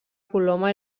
coloma